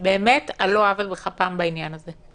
באמת על לא עוול בכפם, בעניין הזה.